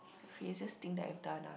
craziest thing that I've done ah